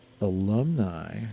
alumni